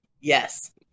Yes